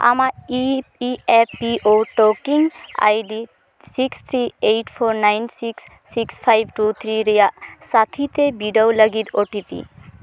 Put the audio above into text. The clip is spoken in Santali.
ᱟᱢᱟᱜ E F P O token I D six three eight four nine six six five two three ᱨᱮᱭᱟᱜ ᱥᱟᱛᱷᱤᱛᱮ ᱵᱤᱰᱟᱹᱣ ᱞᱟᱹᱜᱤᱫ ᱳ ᱴᱤ ᱯᱤ